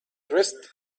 dressed